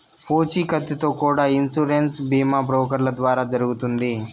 పూచీకత్తుతో కూడా ఇన్సూరెన్స్ బీమా బ్రోకర్ల ద్వారా జరుగుతుంది